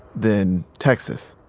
then texas.